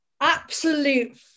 absolute